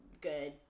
good